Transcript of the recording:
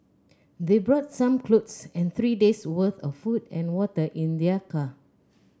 they brought some clothes and three days' worth of food and water in their car